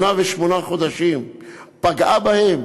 שנה ושמונה חודשים פגעה בהם.